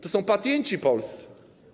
To są pacjenci polscy.